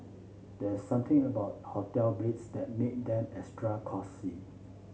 there's something about hotel beds that make them extra cosy